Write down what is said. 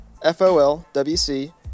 folwc